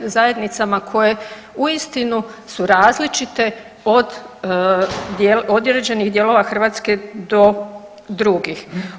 zajednicama koje su različite od određenih dijelova Hrvatske do drugih.